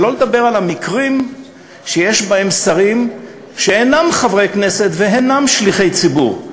שלא לדבר על המקרים שיש בהם שרים שאינם חברי כנסת ואינם שליחי ציבור,